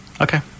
Okay